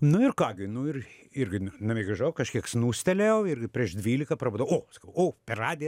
nu ir ką gi nu ir irgi na namie grįžau kažkiek snūstelėjau ir prieš dvylika prabudau o o per radiją